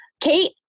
Kate